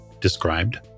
described